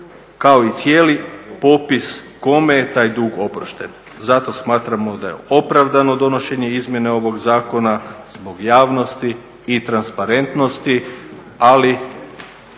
Kao i cijeli popis kome je taj dug oprošten. Zato smatramo da je opravdano donošenje izmjene ovog zakona zbog javnosti i transparentnosti ali